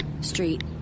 Street